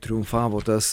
triumfavo tas